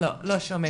לאוטו ולנסוע.